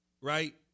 right